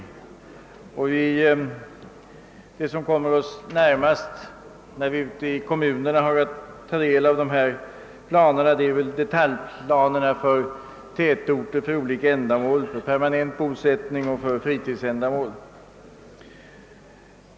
Den planerings form, som kommer oss närmast när vi ute i kommunerna har att ta befattning med dessa planer, är väl detaljplanerna för olika ändamål i tätorter, för permanent bosättning och för fritidsändamål.